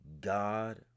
God